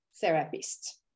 therapist